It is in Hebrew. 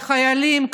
על החיילים,